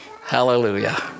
Hallelujah